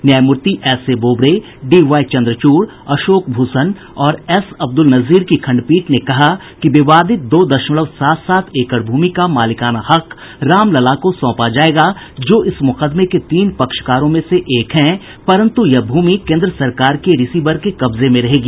न्यायमूर्ति S A Bobde D Y Chandrachud Ashok Bhushan और S Abdul Nazeer की खंड पीठ ने कहा कि विवादित दो दशमलव सात सात एकड़ भूमि का मालिकाना हक रामलला को सौंपा जाएगा जो इस मुकदमे के तीन पक्षकारों में से एक हैं पंरतु यह भूमि केंद्र सरकार के रिसीवर के कब्जे में रहेगी